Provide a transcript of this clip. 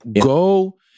Go